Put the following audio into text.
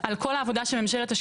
מלווה בהרבה מאוד הגירה חוקית שאנחנו